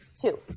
Two